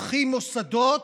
פותחים מוסדות,